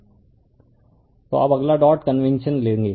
refer slide time 1819 तो अब अगला डॉट कन्वेंशन लेंगे